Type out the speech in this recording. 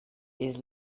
his